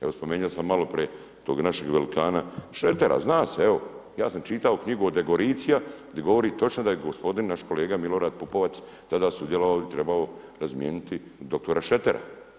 Evo, spomenuo sam maloprije tog našeg velikana … zna se evo, ja sam čitao knjigu od Degoricija gdje govori točno da je gospodin naš kolega Milorad Pupovac, tada sudjelovao i trebao razmijeniti doktora Šetera.